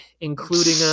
including